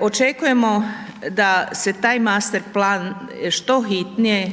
Očekujemo da se taj master plan što hitnije